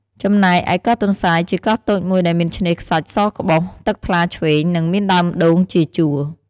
ចំណែកឯកោះទន្សាយ ជាកោះតូចមួយដែលមានឆ្នេរខ្សាច់សក្បុស ទឹកថ្លាឈ្វេង និងមានដើមដូងជាជួរ។